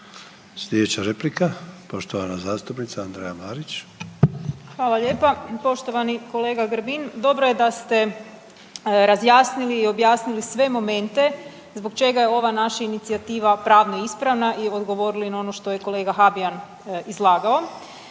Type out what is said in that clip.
Sljedeća replika poštovana zastupnica Andreja Marić. **Marić, Andreja (SDP)** Hvala lijepa. Poštovani kolega Grbin, dobro je da ste razjasnili i objasnili sve momente zbog čega je ova naša inicijativa pravno ispravna i odgovorili na ono što je kolega Habijan izlagao.